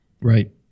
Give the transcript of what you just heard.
Right